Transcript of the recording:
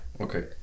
Okay